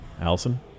Allison